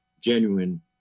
genuine